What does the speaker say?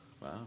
Wow